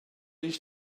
ich